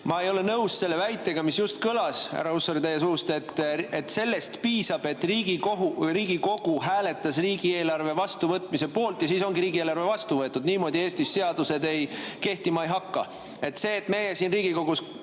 Ma ei ole nõus selle väitega, mis just kõlas, härra Hussar, teie suust, et sellest piisab, kui Riigikogu hääletab riigieelarve vastuvõtmise poolt, et siis ongi riigieelarve vastu võetud. Niimoodi Eestis seadused kehtima ei hakka. See, et meie siin Riigikogus